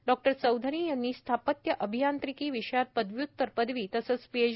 डॉ स्भाष चौधरी यांनी स्थापत्य अभियांत्रिकी विषयात पदव्य्तर पदवी तसंच पीएच